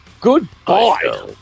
Goodbye